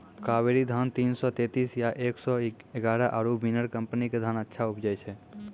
कावेरी धान तीन सौ तेंतीस या एक सौ एगारह आरु बिनर कम्पनी के धान अच्छा उपजै छै?